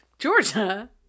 Georgia